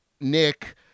Nick